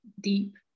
deep